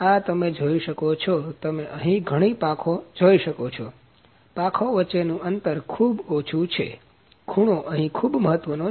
આ તમે જોઈ શકો છો તમે અહીં ઘણી પાંખો જોઈ શકો છો પાંખો વચ્ચેનું અંતર ખૂબ ઓછું છે ખૂણો અહીં ખૂબ મહત્વનો છે